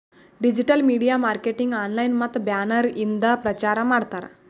digital media marketing online ಮತ್ತ banner ಇಂದ ಪ್ರಚಾರ್ ಮಾಡ್ತಾರ್